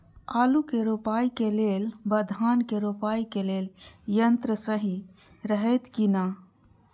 आलु के रोपाई के लेल व धान के रोपाई के लेल यन्त्र सहि रहैत कि ना?